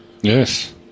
Yes